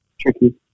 Tricky